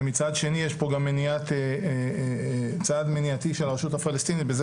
ומצד שני יש צעד מניעתי של הרשות הפלסטינית בזה